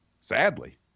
Sadly